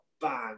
bang